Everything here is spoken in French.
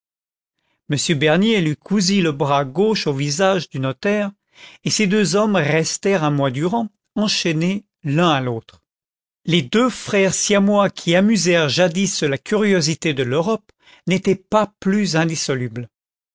m bernier lui cousit le bras gauche au visage du notaire et ces deux hommes restèrent un mois durant enchaînés l'un à l'autre les deux frères siamois qui amusèrent jadis la curiosité de l'europe n'étaient pas plus indissolubles